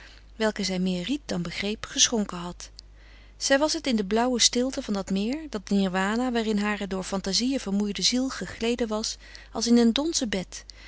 welke zij meer ried dan begreep geschonken had zij was het in de blauwe stilte van dat meer dat nirwana waarin hare door fantazieën vermoeide ziel gegleden was als in een donzen bed